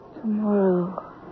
Tomorrow